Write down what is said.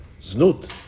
znut